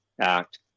Act